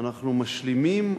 אנחנו משלימים,